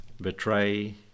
Betray